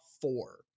four